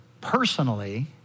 personally